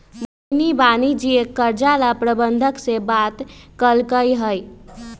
मोहिनी वाणिज्यिक कर्जा ला प्रबंधक से बात कलकई ह